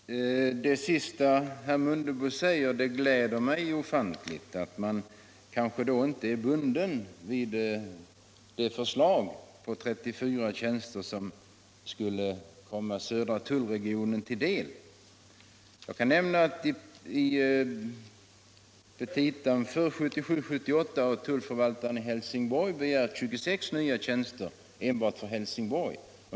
Herr talman! Det sista som herr Mundebo sade gläder mig ofantligt. Man är då kanske inte bunden vid de 34 tjänster som enligt förslaget skulle komma Södra tullregionen till del. Jag kan nämna att i petitan för 1977/78 har tullförvaltaren i Helsingborg begärt 26 nya tjänster enbart för Helsingborg.